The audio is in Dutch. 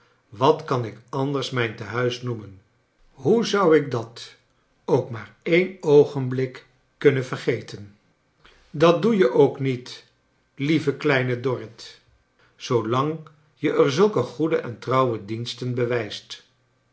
wat kan ik anders mijn tehuis noemen hoe zou ik dat ook maar een oogenblik kunnen vergeten dat doe je ook niet lieve kleine dorrit zoo lang je er zulke goede en faouwe diensten bewijst